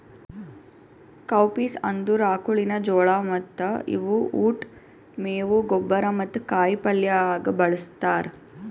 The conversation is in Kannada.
ಕೌಪೀಸ್ ಅಂದುರ್ ಆಕುಳಿನ ಜೋಳ ಮತ್ತ ಇವು ಉಟ್, ಮೇವು, ಗೊಬ್ಬರ ಮತ್ತ ಕಾಯಿ ಪಲ್ಯ ಆಗ ಬಳ್ಸತಾರ್